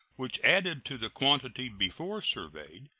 which, added to the quantity before surveyed,